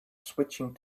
switching